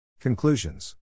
Conclusions